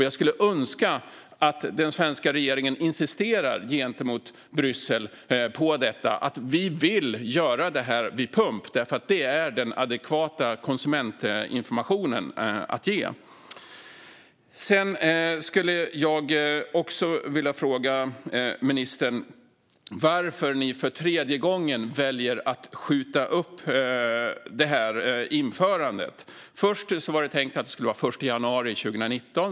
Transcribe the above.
Jag skulle önska att den svenska regeringen insisterade gentemot Bryssel på att vi får göra märkningen vid pump, för det är den adekvata konsumentinformationen att ge. Jag skulle också vilja fråga ministern varför ni för tredje gången väljer att skjuta upp införandet av märkningen. Först var det tänkt att den skulle införas den 1 januari 2019.